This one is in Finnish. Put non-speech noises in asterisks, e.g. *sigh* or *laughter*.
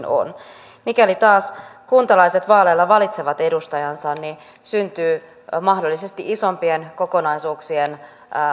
*unintelligible* on mikäli taas kuntalaiset vaaleilla valitsevat edustajansa niin syntyy mahdollisesti isompien kokonaisuuksien